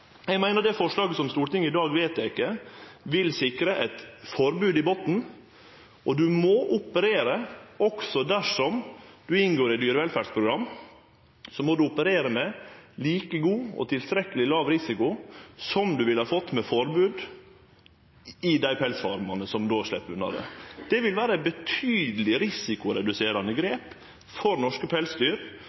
Eg meiner det forslaget som Stortinget i dag vedtek, vil sikre eit forbod i botnen. Dersom ein inngår i eit dyrevelferdsprogram, må ein operere med like god og tilstrekkeleg låg risiko som ein ville fått med eit forbod – i dei pelsfarmane som då slepp unna det. Det vil vere eit betydeleg risikoreduserande grep for norske pelsdyr.